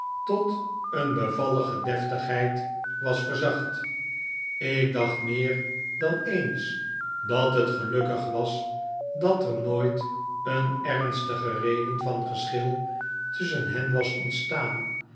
tot een bevallige deftigheid was verzacht ik dacht meer dan eens dat het gelukkig was dat er nooit een ernstige reden van geschil tusschen hen was ontstaan